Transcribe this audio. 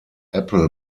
apple